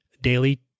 daily